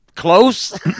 Close